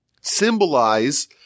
symbolize